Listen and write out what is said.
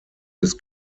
des